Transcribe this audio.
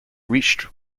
reached